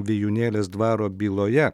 vijūnėlės dvaro byloje